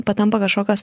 patampa kažkokios